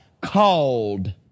Called